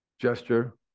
gesture